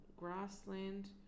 grassland